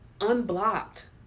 unblocked